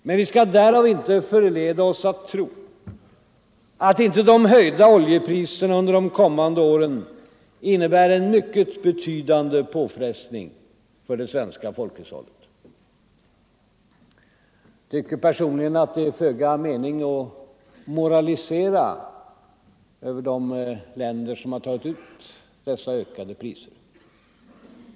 Men vi skall därav inte förledas att tro att inte de höjda oljepriserna under de kommande åren innebär en mycket betydande påfrestning för det svenska folkhushållet. Jag tycker personligen att det är föga meningsfullt att moralisera över de länder som har tagit ut dessa ökade priser.